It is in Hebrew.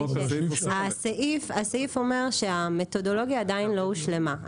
הסעיף אומר שהמתודולוגיה עדיין לא הושלמה.